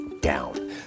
down